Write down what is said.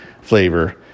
flavor